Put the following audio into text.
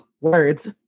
words